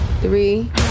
Three